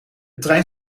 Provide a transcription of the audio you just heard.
trein